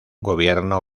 gobierno